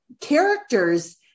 characters